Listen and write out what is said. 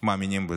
מאמינים בזה.